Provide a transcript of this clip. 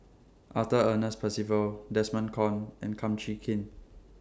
Arthur Ernest Percival Desmond Kon and Kum Chee Kin